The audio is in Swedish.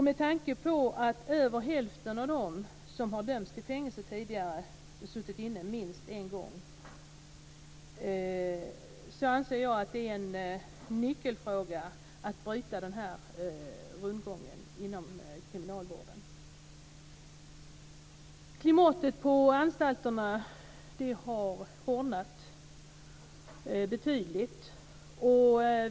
Med tanke på att över hälften av dem som har dömts till fängelse tidigare har suttit inne minst en gång anser jag att det är en nyckelfråga att bryta rundgången inom kriminalvården. Klimatet på anstalterna har hårdnat betydligt.